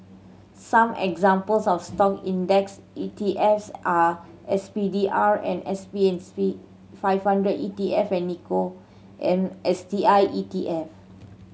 some examples of Stock index E T Fs are S P D R and S B five hundred E T F and Nikko am S T I E T F